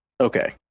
Okay